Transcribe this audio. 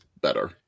better